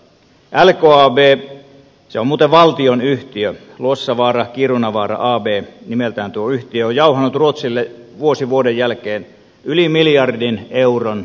lkab se on muuten valtionyhtiö luossavaarakiirunavaara ab nimeltään tuo yhtiö on jauhanut ruotsille vuosi vuoden jälkeen yli miljardin euron voittoja